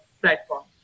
platform